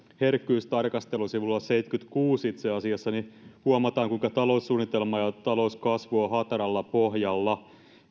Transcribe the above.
herkkyystarkastelu sivulla seitsemänkymmentäkuusi itse asiassa niin huomataan kuinka taloussuunnitelma ja talouskasvu ovat hataralla pohjalla